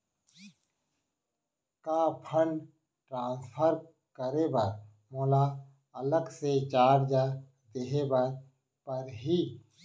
का fund transfer करे बर मोला अलग से चार्ज देहे बर परही?